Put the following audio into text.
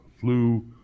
flu